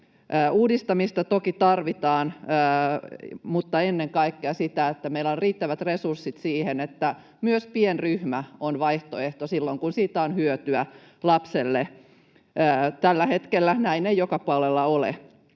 Uudistamista toki tarvitaan, mutta ennen kaikkea sitä, että meillä on riittävät resurssit siihen, että myös pienryhmä on vaihtoehto silloin, kun siitä on hyötyä lapselle. Tällä hetkellä näin ei joka puolella ole.